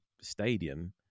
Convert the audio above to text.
stadium